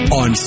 on